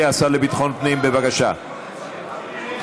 אנחנו עוברים להצעת חוק שירות ביטחון (תיקון מס'